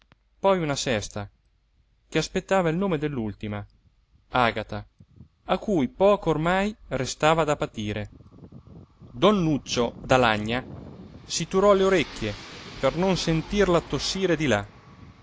poi una sesta che aspettava il nome dell'ultima agata a cui poco ormai restava da patire don nuccio d'alagna si turò le orecchie per non sentirla tossire di là